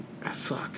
fuck